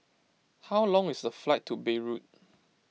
how long is the flight to Beirut